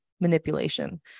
manipulation